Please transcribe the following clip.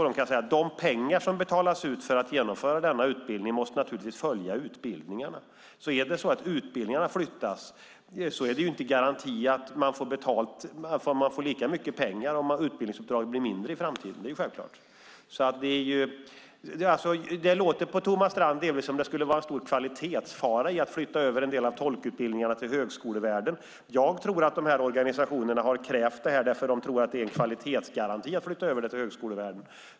De pengar som betalas ut för att genomföra denna utbildning måste naturligtvis följa utbildningarna. Om utbildningarna flyttas och utbildningsuppdraget blir mindre i framtiden finns det inte någon garanti för att man får lika mycket pengar. Det är självklart. Det låter delvis på Thomas Strand som att det skulle vara en stor kvalitetsfara i att flytta över en del av tolkutbildningarna till högskolevärlden. Jag tror att dessa organisationer har krävt detta därför att de tror att det är en kvalitetsgaranti att flytta över det till högskolevärlden.